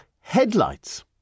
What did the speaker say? headlights